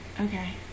Okay